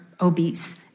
obese